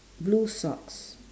blue socks